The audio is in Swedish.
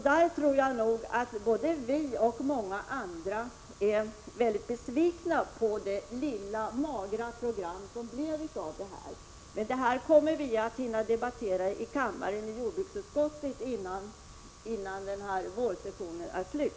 Jag tror att både vi och många andra är besvikna på det lilla magra program som blev resultatet av detta. Men det kommer vi att hinna debattera i jordbruksutskottet och i kammaren innan vårsessionen är slut.